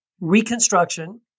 reconstruction